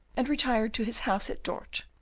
and retired to his house at dort,